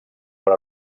per